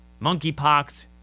monkeypox